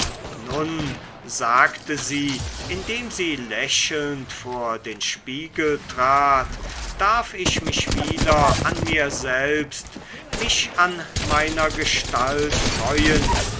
nun sagte sie indem sie lächelnd vor den spiegel trat darf ich mich wieder an mir selbst mich an meiner gestalt freuen